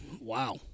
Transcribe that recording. Wow